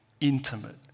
intimate